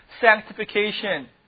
sanctification